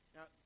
Now